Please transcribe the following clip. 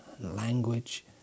language